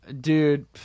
Dude